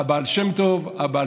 אין ספק שהבעל שם טוב ותלמידיו,